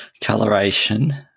Coloration